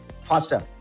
faster